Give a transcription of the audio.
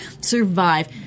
survive